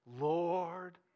Lord